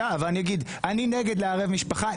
אני נגד לערב משפחה.